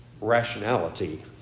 Rationality